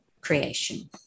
creation